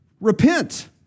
repent